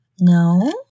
No